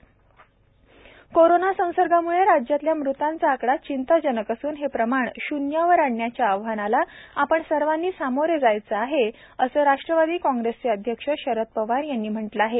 Sharad Pawar corona संसर्गाम्ळे राज्यातला मृतांचा आकडा चिंताजनक असून हे प्रमाण शून्यावर आणण्याचं आव्हानाला आपण सर्वांनी सामोरे जायचं आहे असं राष्ट्रवादी काँग्रेसचे अध्यक्ष शरद पवार यांनी म्हटलं आहे